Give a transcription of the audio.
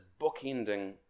bookending